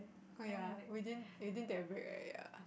oh ya within within the break right ya